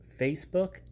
Facebook